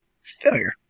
Failure